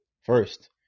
first